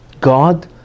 God